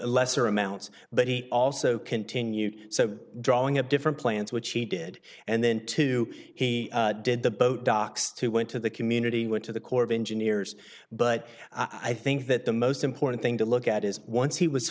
lesser amounts but he also continued so drawing a different plans which he did and then to he did the boat docks who went to the community went to the corps of engineers but i think that the most important thing to look at is once he was